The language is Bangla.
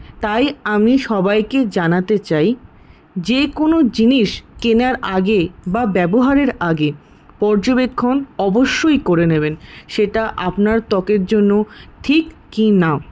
তাই আমি সবাইকেই জানাতে চাই যে কোন জিনিস কেনার আগে বা ব্যবহারের আগে পর্যবেক্ষণ অবশ্যই করে নেবেন সেটা আপনার ত্বকের জন্য ঠিক কিনা